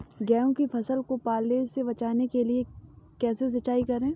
गेहूँ की फसल को पाले से बचाने के लिए कैसे सिंचाई करें?